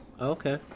okay